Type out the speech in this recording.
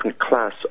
class